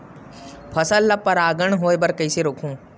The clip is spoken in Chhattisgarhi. फसल ल परागण होय बर कइसे रोकहु?